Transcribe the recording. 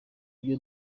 ibyo